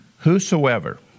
Whosoever